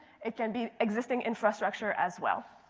it can be existing infrastructure as well.